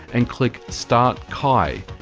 and click start kai.